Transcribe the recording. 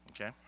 Okay